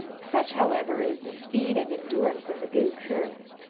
such, however, is the speed and endurance of the ghoo-khur,